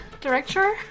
Director